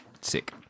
Sick